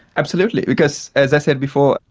absolutely, because, as i said before,